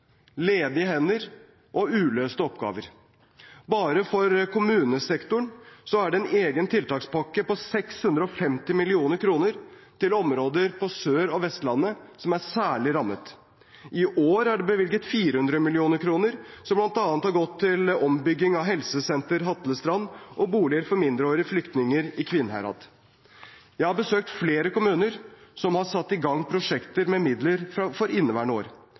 ledige hender og uløste oppgaver. Bare for kommunesektoren er det en egen tiltakspakke på 650 mill. kr til områder på Sør- og Vestlandet som er særlig rammet. I år har vi bevilget 400 mill. kr, som bl.a. har gått til ombygging av Hatlestrand Helsesenter og boliger for mindreårige flyktninger i Kvinnherad. Jeg har besøkt flere kommuner som har satt i gang prosjekter med midler for inneværende år.